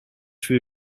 few